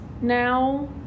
now